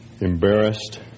embarrassed